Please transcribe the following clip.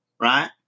right